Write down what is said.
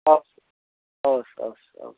हवस् हवस् हवस्